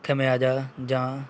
ਖਮਿਆਜਾ ਜਾਂ